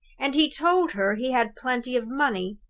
and he told her he had plenty of money!